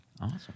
Awesome